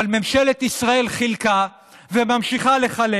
אבל ממשלת ישראל חילקה וממשיכה לחלק